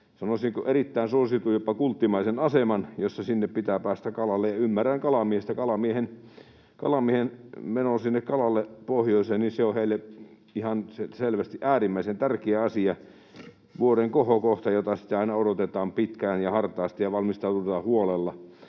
sanoisinko, erittäin suositun, jopa kulttimaisen aseman, jossa sinne pitää päästä kalalle, ja ymmärrän kalamiestä. Kalamiehen meno sinne kalalle pohjoiseen on heille ihan selvästi äärimmäisen tärkeä asia, vuoden kohokohta, jota sitten aina odotetaan pitkään ja hartaasti ja valmistaudutaan huolella.